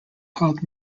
called